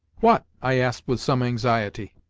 what? i asked with some anxiety.